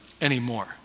anymore